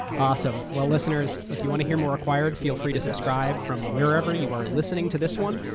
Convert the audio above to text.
awesome. well, listeners, if you want to hear more acquired, feel free to subscribe from wherever you are listening to this one.